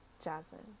Jasmine